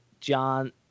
John